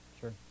Sure